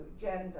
gender